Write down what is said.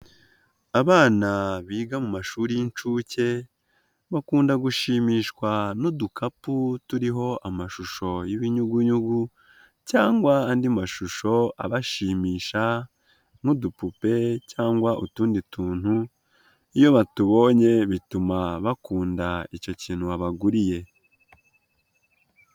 Abana biga mu mashuri y'inshuke, bakunda gushimishwa n'udukapu turiho amashusho y'ibinyugunyugu cyangwa andi mashusho abashimisha n'udupupe cyangwa utundi tuntu, iyo batubonye bituma bakunda icyo kintu wabaguriye.